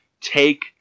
take